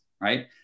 right